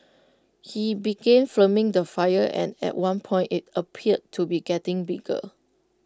he began filming the fire and at one point IT appeared to be getting bigger